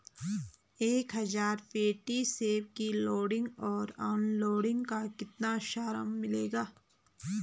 एक हज़ार पेटी सेब की लोडिंग और अनलोडिंग का कितना श्रम मिलेगा?